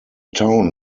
town